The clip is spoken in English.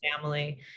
family